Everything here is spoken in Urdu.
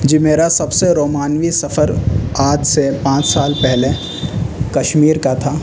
جی میرا سب سے رومانوی سفر آج سے پانچ سال پہلے کشمیر کا تھا